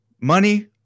Money